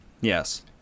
Yes